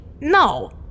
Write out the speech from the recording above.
No